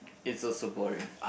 it's also boring